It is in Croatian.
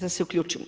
Da se uključim.